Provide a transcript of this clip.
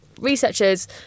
researchers